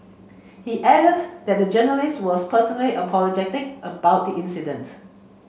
he added that the journalists were personally apologetic about the incident